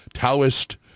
Taoist